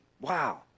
Wow